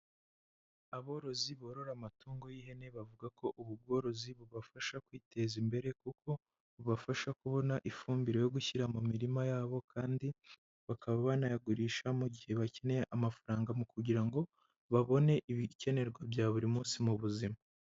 Aborozi borora amatungo y'ihene bavuga ko ubu bworozi bubafasha kwiteza imbere, kuko bubafasha kubona ifumbire yo gushyira mu mirima yabo kandi bakaba banayagurisha mu gihe bakeneye amafaranga mu kugira ngo babone ibikenerwa bya buri munsi mu buzima.